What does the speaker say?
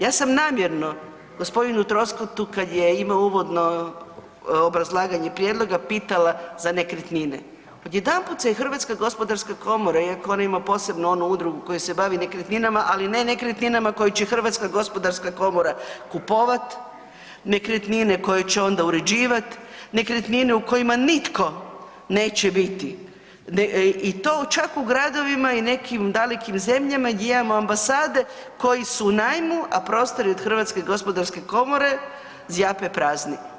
Ja sam namjerno g. Troskotu kada je imao uvodno obrazlaganje prijedloga pitala za nekretnine, odjedanput se je HGK iako ona ima posebnu onu udrugu koja se bavi nekretninama, ali ne nekretninama koje će HGK kupovati, nekretnine koje će onda uređivat, nekretnine u kojima nitko neće biti i to čak u gradovima i nekim dalekim zemljama gdje imamo ambasade koje su u najmu, a prostori od HGK zjape prazni.